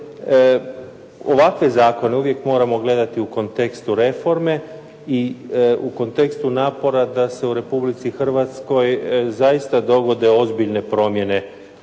ovakve zakone uvijek moramo gledati u kontekstu reforme i u kontekstu napora da se u Republici Hrvatskoj zaista dovode ozbiljne promjene